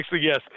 yes